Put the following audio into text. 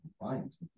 compliance